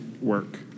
work